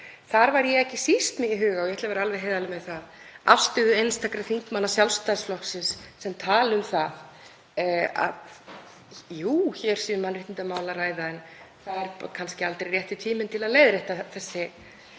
Þar var ég ekki síst með í huga, og ég ætla að vera alveg heiðarleg með það, afstöðu einstakra þingmanna Sjálfstæðisflokksins sem tala um það að hér sé um mannréttindamál að ræða en það er kannski aldrei rétti tíminn til að leiðrétta þetta